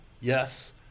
Yes